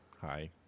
hi